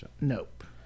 Nope